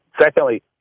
Secondly